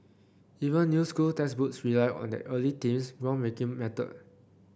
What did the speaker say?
even new school textbooks rely on that early team's groundbreaking model